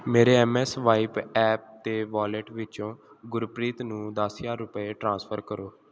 ਮੇਰੇ Mswipe app wallet ਵਿੱਚੋਂ ਗੁਰਪ੍ਰੀਤ ਨੂੰ ਦਸ ਹਜ਼ਾਰ ਰੁਪਏ ਟ੍ਰਾਂਸਫਰ ਕਰੋ